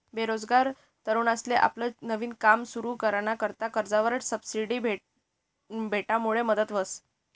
बेरोजगार तरुनसले आपलं नवीन काम सुरु कराना करता कर्जवर सबसिडी भेटामुडे मदत व्हस